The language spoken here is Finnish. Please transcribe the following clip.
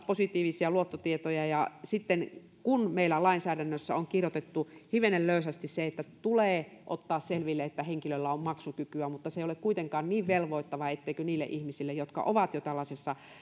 positiivisia luottotietoja olemassa ja sitten meillä lainsäädännössä on kirjoitettu hivenen löysästi se että tulee ottaa selville että henkilöllä on maksukykyä mutta se ei ole kuitenkaan niin velvoittavaa etteikö niille ihmisille jotka ovat jo tällaisessa